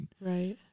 Right